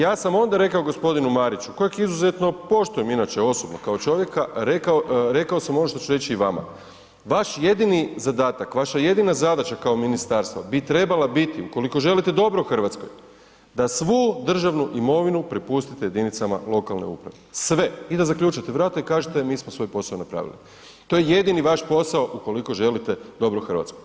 Ja sam onda rekao g. Mariću kojeg izuzetno poštujem inače osobno kao čovjeka, rekao, rekao sam ono što ću reći i vama, vaš jedini zadatak, vaša jedina zadaća kao ministarstva bi trebala biti ukoliko želite dobro RH da svu državnu imovinu prepustite jedinicama lokalne uprave, sve i da zaključate vrata i kažete mi smo svoj posao napravili, to je jedini vaš posao ukoliko želite dobro RH.